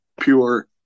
pure